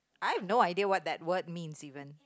I have no idea what that word means even